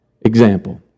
example